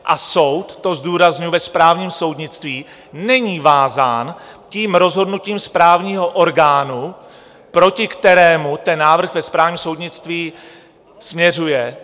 A soud, to zdůrazňuji, ve správním soudnictví není vázán rozhodnutím správního orgánu, proti kterému návrh ve správním soudnictví směřuje.